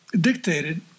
dictated